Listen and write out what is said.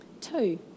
Two